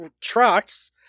Trucks